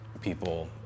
people